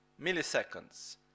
milliseconds